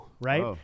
right